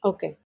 Okay